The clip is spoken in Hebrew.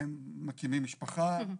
הם מקימים משפחה,